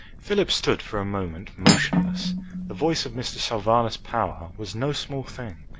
philip stood for a moment motionless. the voice of mr. sylvanus power was no small thing,